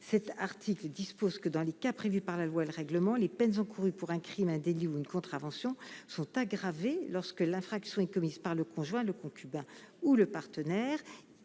cet article dispose que dans les cas prévus par la loi, le règlement, les peines encourues pour un Crime, un délit ou une contravention sont aggravées lorsque l'infraction est commise par le conjoint, le concubin ou le partenaire